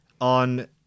on